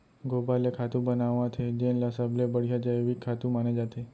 गोबर ले खातू बनावत हे जेन ल सबले बड़िहा जइविक खातू माने जाथे